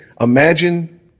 Imagine